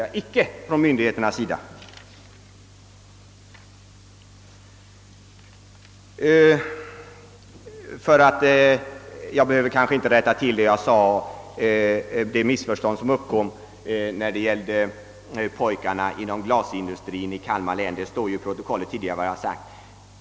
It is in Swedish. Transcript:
Den politiken från myndigheternas sida gillar jag inte. Jag behöver kanske inte rätta till det missförstånd som uppkom när jag talade om pojkarna inom glasindustrien i Kalmar län. Vad jag där sagt kommer ju att stå i protokollet.